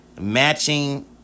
Matching